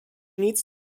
nic